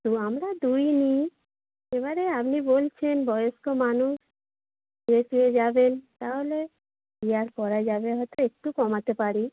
তো আমরা দুই নিই এবারে আপনি বলছেন বয়স্ক মানুষ শুয়ে শুয়ে যাবেন তাহলে কী আর করা যাবে হয়তো একটু কমাতে পারি